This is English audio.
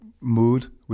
mood